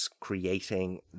creating